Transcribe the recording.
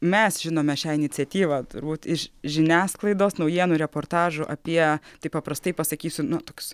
mes žinome šią iniciatyvą turbūt iš žiniasklaidos naujienų reportažų apie tai paprastai pasakysiu na toks